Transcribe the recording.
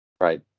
Right